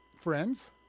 friends